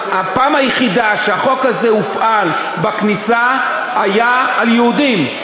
הפעם היחידה שהחוק הזה הופעל בכניסה היה על יהודים.